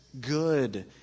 good